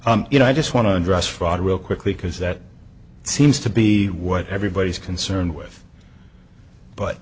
you know i just want to address fraud real quickly because that seems to be what everybody's concerned with but